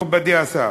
מכובדי השר,